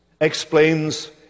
explains